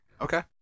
Okay